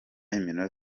imikino